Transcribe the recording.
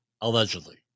allegedly